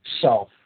self